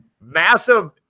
massive